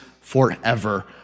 forever